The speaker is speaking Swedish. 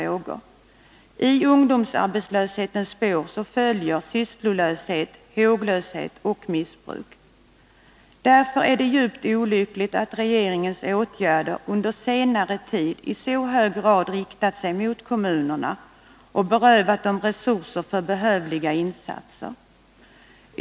I ungdomsarbetslöshetens spår följer sysslolöshet, håglöshet och missbruk. Därför är det djupt olyckligt att regeringens åtgärder under senare tid i så hög grad har riktat sig mot kommunerna och berövat dem resurser för behövliga insatser.